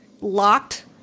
locked